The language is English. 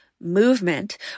movement